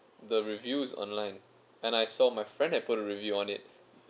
the reviews online and I saw my friend happened to review on it